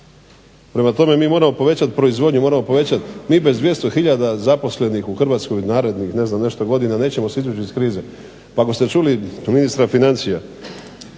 Prema tome, mi moramo povećati proizvodnju, moramo povećati, mi bez 200 tisuća zaposlenih u Hrvatskoj narednih ne znam nešto godina nećemo se izvući iz krize. Pa ako ste čuli ministra financija